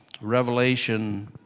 Revelation